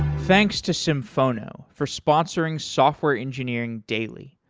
thanks to symphono for sponsoring software engineering daily.